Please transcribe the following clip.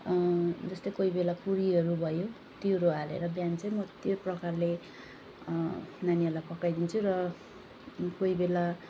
जस्तो कोही बेला पुरीहरू भयो त्योहरू हालेर बिहान चाहिँ म त्यो प्रकारले नानीहरूलाई पकाइदिन्छु र कोही बेला